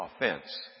offense